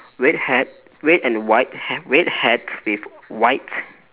red hat red and white hat red hat with white